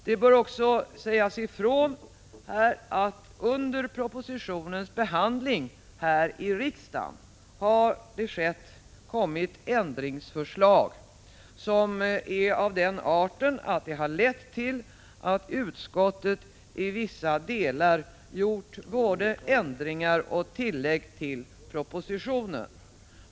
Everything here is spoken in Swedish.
Det bör också sägas ifrån här att det under propositionens behandling i riksdagen kommit ändringsförslag, som är av den arten att de lett till att utskottet i vissa delar gjort både ändringar och tillägg till propositionen.